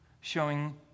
showing